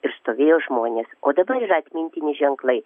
ir stovėjo žmonės o dabar yra atmintini ženklai